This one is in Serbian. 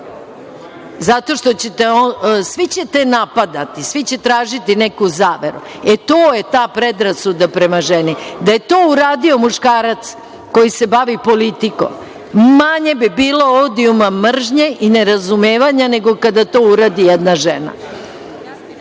tvrdim. Svi ćete je napadati. Svi ćete tražiti neku zaveru. E, to je ta predrasuda prema ženi. Da je to uradio muškarac koji se bavi politikom, manje bi bilo odijuma mržnje i nerazumevanja nego kada to uradi jedna žena.